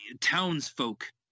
townsfolk